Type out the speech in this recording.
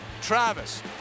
Travis